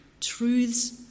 truths